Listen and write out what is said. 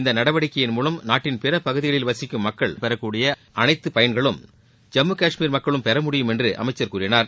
இந்நடவடிக்கையின் மூவம் நாட்டின் பிற பகுதிகளில் வசிக்கும் மக்கள் பெறக்கூடிய அனைத்து பயன்களும் ஜம்மு காஷ்மீர் மக்களும் பெற முடியும் என்று அமைச்சர் கூறினார்